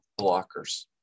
blockers